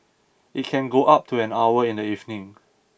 it can go up to an hour in the evening